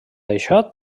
això